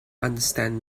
understand